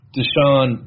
Deshaun